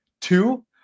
Two